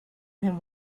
him